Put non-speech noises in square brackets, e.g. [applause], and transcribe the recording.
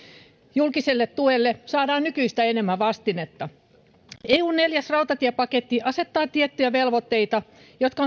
julkiselle tuelle saadaan nykyistä enemmän vastinetta eun neljäs rautatiepaketti asettaa tiettyjä velvoitteita jotka [unintelligible]